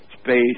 space